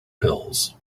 pills